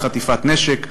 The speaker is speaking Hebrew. פיגוע דקירה,